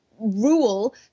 rule